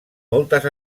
moltes